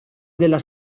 della